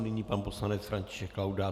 Nyní pan poslanec František Laudát.